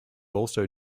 also